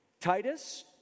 Titus